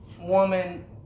woman